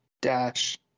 dash